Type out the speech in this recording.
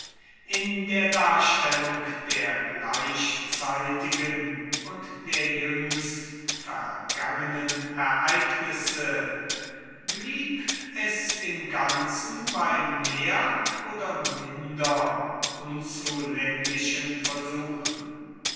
in der darstellung der gleichzeitigen und der jüngst vergangenen ereignisse blieb es im ganzen bei mehr oder minder unzulänglichen versuchen